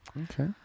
Okay